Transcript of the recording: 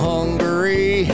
Hungary